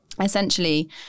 Essentially